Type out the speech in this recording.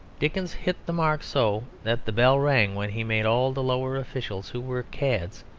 dickens hit the mark so that the bell rang when he made all the lower officials, who were cads,